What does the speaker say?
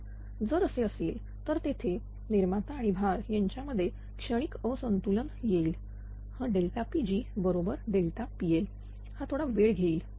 तर जर असे असेल तर तेथे निर्माता आणि भार यांच्यामध्ये क्षणिक असंतुलन येईल हाPg बरोबर PL हा थोडा वेळ घेईल